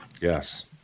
Yes